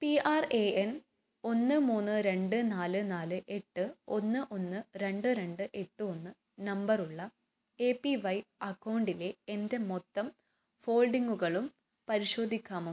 P R A N ഒന്ന് മൂന്ന് രണ്ട് നാല് നാല് എട്ട് ഒന്ന് ഒന്ന് രണ്ട് രണ്ട് എട്ട് ഒന്ന് നമ്പറുള്ള എ പി വൈ അക്കൗണ്ടിലെ എൻ്റെ മൊത്തം ഹോൾഡിംഗുകളും പരിശോധിക്കാമോ